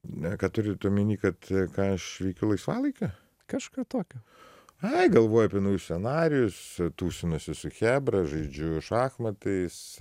na ką turit omeny kad ką aš veikiu laisvalaikiu kažką tokio ai galvoju apie naujus scenarijus tūsinuosi su chebra žaidžiu šachmatais